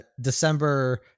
december